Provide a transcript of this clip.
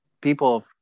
people